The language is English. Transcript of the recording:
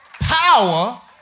power